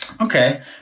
Okay